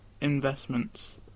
investments